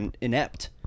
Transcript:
inept